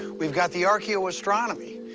we've got the archaeoastronomy.